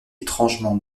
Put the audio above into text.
étrangement